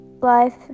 life